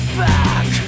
back